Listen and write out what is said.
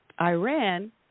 Iran